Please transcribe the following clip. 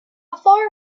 far